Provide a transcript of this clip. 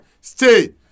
stay